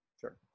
Sure